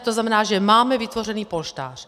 To znamená, že máme vytvořen polštář.